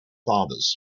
fathers